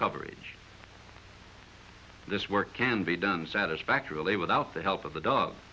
coverage this work can be done satisfactorily without the help of the dog